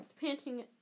panting